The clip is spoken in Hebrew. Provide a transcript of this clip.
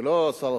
ולא שר,